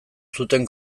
zuten